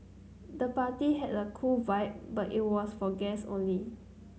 the party had a cool vibe but it was for guests only